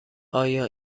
آیا